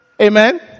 amen